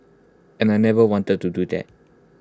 and I never wanted to do that